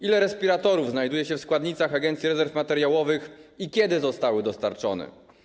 Ile respiratorów znajduje się w składnicach Agencji Rezerw Materiałowych i kiedy zostały dostarczone?